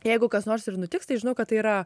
jeigu kas nors ir nutiks tai žinau kad tai yra